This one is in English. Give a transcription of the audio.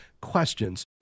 questions